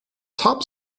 top